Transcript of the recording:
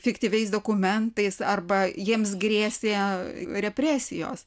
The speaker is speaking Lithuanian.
fiktyviais dokumentais arba jiems grėsė represijos